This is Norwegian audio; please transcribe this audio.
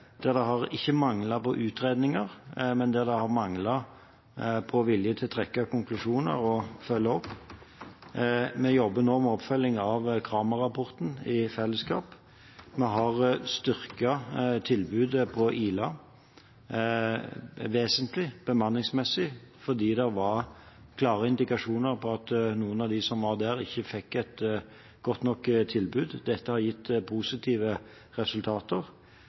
der det ikke har manglet på utredninger, men der det har manglet på vilje til å trekke konklusjoner og å følge opp. Vi jobber nå med oppfølgingen av Cramer-rapporten i fellesskap. Vi har styrket tilbudet på Ila vesentlig, bemanningsmessig, fordi det var klare indikasjoner på at noen av dem som var der, ikke fikk et godt nok tilbud. Dette har gitt positive resultater.